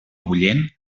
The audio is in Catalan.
bullent